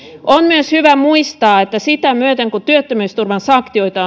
on myös hyvä muistaa että sitä myöten kun työttömyysturvan sanktioita